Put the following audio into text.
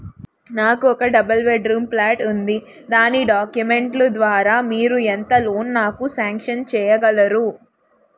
నాకు ఒక double bedroom flat ఉంది దాని డాక్యుమెంట్స్ లు ద్వారా మీరు ఎంత లోన్ నాకు సాంక్షన్ చేయగలరు?